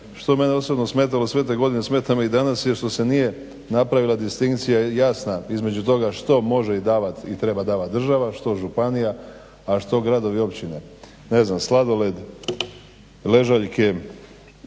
je mene osobno smetalo sve te godine smeta me i danas, je što se nije napravila distinkcija jasna između toga što može davat i treba davat država, što županija, a što gradovi i općine. Ne znam sladoled, ležaljke,